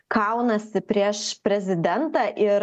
kaunasi prieš prezidentą ir